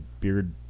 beard